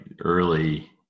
early